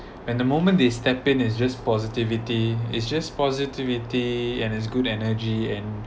and the moment they step in it's just positivity it's just positivity and it's good energy and